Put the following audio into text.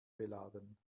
beladen